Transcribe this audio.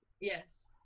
Yes